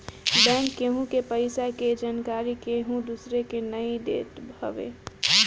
bank केहु के पईसा के जानकरी केहू दूसरा के नाई देत हवे